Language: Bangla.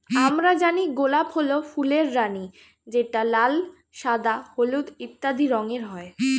আমরা জানি গোলাপ হল ফুলের রানী যেটা লাল, সাদা, হলুদ ইত্যাদি রঙের হয়